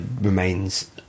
remains